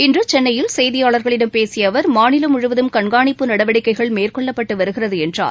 இன்று சென்னையில் செய்தியாளர்களிடம் பேசிய அவர் மாநிலம் முழுவதும் கண்காணிப்பு நடவடிக்கைகள் மேற்கொள்ளப்பட்டு வருகிறது என்றார்